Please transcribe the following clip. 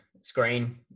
screen